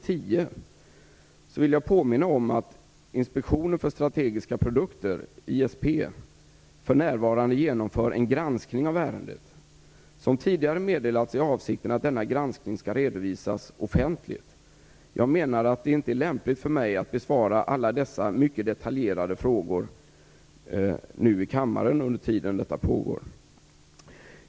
tio, vill jag påminna om att Inspektionen för strategiska produkter, ISP, för närvarande genomför en granskning av ärendet. Som tidigare meddelats är avsikten att denna granskning skall redovisas offentligt. Jag menar att det inte är lämpligt för mig att nu i kammaren besvara dessa mycket detaljerade frågor under tiden som detta pågår.